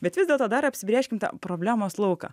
bet vis dėlto dar apsibrėžkim tą problemos lauką